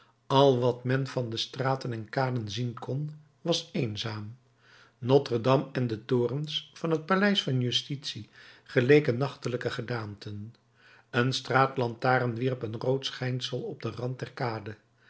al wat men van de straten en kaden zien kon was eenzaam nôtre dame en de torens van het paleis van justitie geleken nachtelijke gedaanten een straatlantaarn wierp een rood schijnsel op den rand der kade